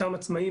אותם עצמאים,